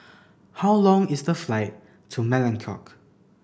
how long is the flight to Melekeok